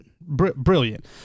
brilliant